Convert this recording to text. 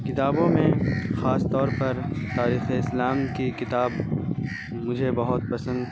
کتابوں میں خاص طور پر تاریخ اسلام کی ایک کتاب مجھے بہت پسند